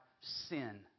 sin